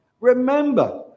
Remember